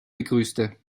begrüßte